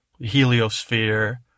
heliosphere